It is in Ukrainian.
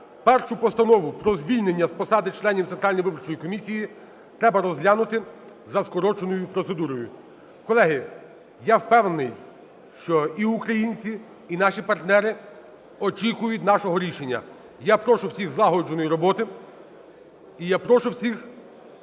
першу постанову про звільнення з посади членів Центральної виборчої комісії треба розглянути за скороченою процедурою. Колеги, я впевнений, що і українці, і наші партнери очікують нашого рішення. Я прошу всіх злагодженої роботи. І я прошу всіх